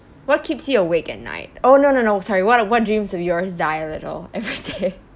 what keeps you awake at night oh no no no sorry what a~ what dreams of yours die a little everyday